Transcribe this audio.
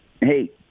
hey